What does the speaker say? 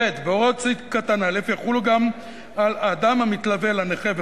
(ב) הוראות סעיף קטן (א) יחולו גם על אדם המתלווה אל הנכה",